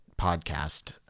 podcast